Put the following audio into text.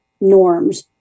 norms